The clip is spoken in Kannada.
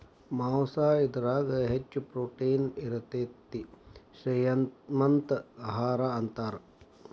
ಮಾಂಸಾ ಇದರಾಗ ಹೆಚ್ಚ ಪ್ರೋಟೇನ್ ಇರತತಿ, ಶ್ರೇ ಮಂತ ಆಹಾರಾ ಅಂತಾರ